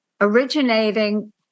originating